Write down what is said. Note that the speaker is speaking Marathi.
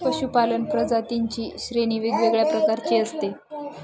पशूपालन प्रजातींची श्रेणी वेगवेगळ्या प्रकारची असते